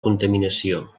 contaminació